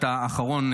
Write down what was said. האחרון,